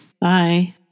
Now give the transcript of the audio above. Bye